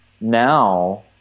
now